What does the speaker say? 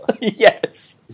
Yes